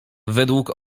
według